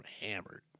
hammered